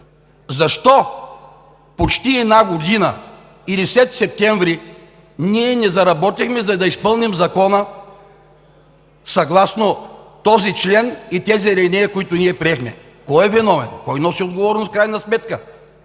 Защо почти една година или след септември ние не заработихме, за да изпълним Закона съгласно този член и тези алинеи, които приехме? Кой е виновен? Кой носи отговорност в крайна сметка?